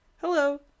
Hello